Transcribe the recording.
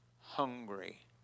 hungry